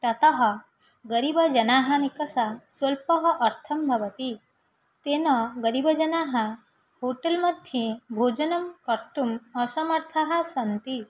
ततः गरिबजनाः निकषा स्वल्पः अर्थः भवति तेन गरिबजनाः होटेल्मध्ये भोजनं कर्तुम् असमर्थाः सन्ति